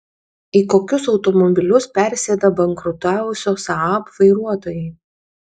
į kokius automobilius persėda bankrutavusio saab vairuotojai